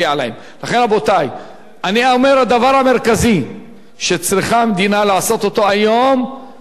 אני אומר: הדבר המרכזי שהמדינה צריכה לעשות היום זה להקים את הקרן הזאת,